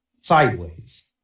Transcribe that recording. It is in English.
sideways